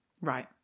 Right